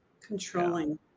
controlling